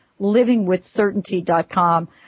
livingwithcertainty.com